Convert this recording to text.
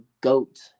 GOAT